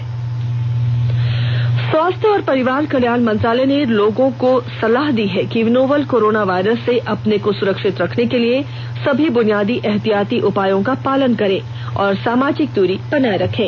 advisory स्वास्थ्य और परिवार कल्याण मंत्रालय ने लोगों को सलाह दी है कि वे नोवल कोरोना वायरस से अपने को सुरक्षित रखने के लिए सभी बुनियादी एहतियाती उपायों का पालन करें और सामाजिक दूरी बनाए रखें